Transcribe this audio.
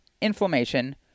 inflammation